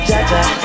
Jaja